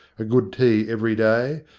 a good tea every day,